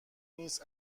نیست